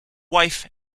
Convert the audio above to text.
wife